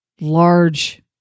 large